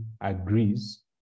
agrees